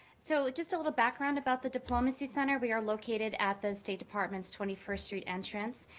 so just a little background about the diplomacy center. we are located at the state department's twenty first street entrance.